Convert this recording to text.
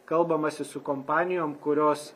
kalbamasi su kompanijom kurios